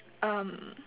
um